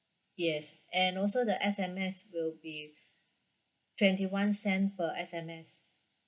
yes and also the S_M_S will be twenty one cent per S_M_S